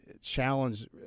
challenge